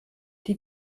die